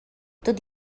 tot